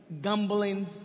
gambling